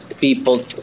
people